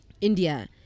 India